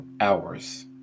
hours